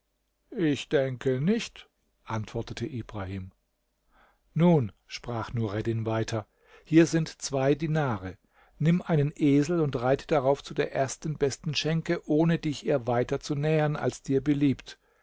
ich denke nicht antwortete ibrahim nun sprach nureddin weiter hier sind zwei dinare nimm einen esel und reite darauf zu der ersten besten schenke ohne dich ihr weiter zu nähern als dir beliebt